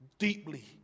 deeply